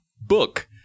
book